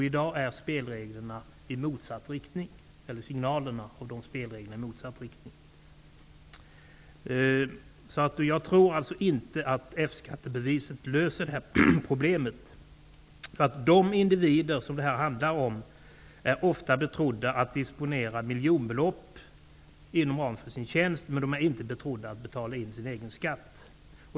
I dag går signalerna i spelreglerna i motsatt riktning. Jag tror alltså inte att F-skattebevisen löser problemet. De individer som här berörs är ofta betrodda att disponera miljonbelopp inom ramen för sin tjänst, men de är inte betrodda att betala in sin egen skatt.